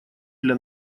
для